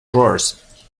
drawers